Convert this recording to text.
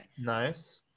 Nice